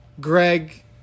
Greg